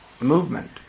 movement